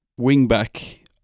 wingback